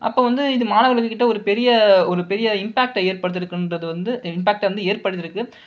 அப்போ வந்து இது மாணவர்கள் கிட்ட வந்து ஒரு பெரிய ஒரு பெரிய இம்பேக்டை ஏற்படுத்தியிருக்குன்றதான் வந்து இன்பேக்டை வந்து ஏற்படுத்தியிருக்கு